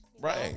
right